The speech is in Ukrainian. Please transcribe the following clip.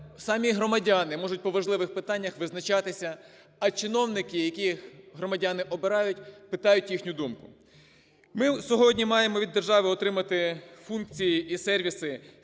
самі громадяни можуть по важливих питаннях визначатися, а чиновники, яких громадяни обирають, питають їхню думку. Ми сьогодні маємо від держави отримати функції і сервіси